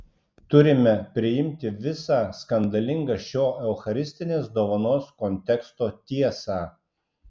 turime priimti visą skandalingą šio eucharistinės dovanos konteksto tiesą